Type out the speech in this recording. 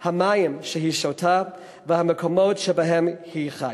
המים שהיא שותה והמקומות שבהם היא חיה.